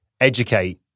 educate